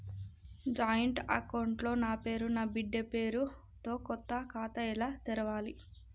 Joint account లో నా పేరు నా బిడ్డే పేరు తో కొత్త ఖాతా ఎలా తెరవాలి?